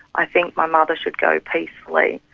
i think my mother should go peacefully.